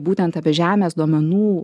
būtent apie žemės duomenų